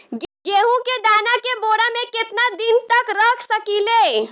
गेहूं के दाना के बोरा में केतना दिन तक रख सकिले?